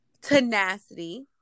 tenacity